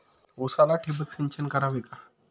उसाला ठिबक सिंचन करावे का?